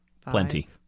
Plenty